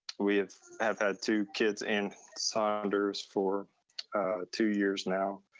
we have had two kids in saunders for two years now,